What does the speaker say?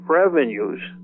revenues